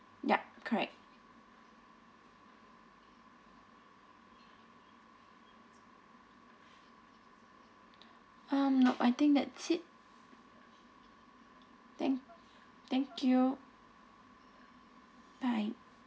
yup correct um nope I think that's it thank thank you bye